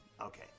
Okay